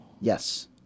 Yes